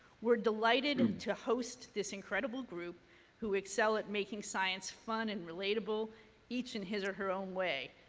we're delighted to host this incredible group who excel at making science fun and relatable each in his or her own way.